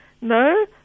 No